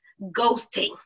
ghosting